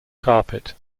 carpet